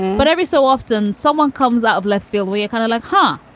but every so often someone comes out of left field, we are kind of like, huh,